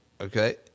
okay